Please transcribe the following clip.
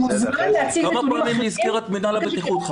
כמה פעמים היא הזכירה את מינהל הבטיחות?